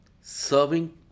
serving